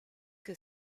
que